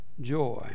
joy